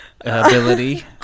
ability